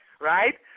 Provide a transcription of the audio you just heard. right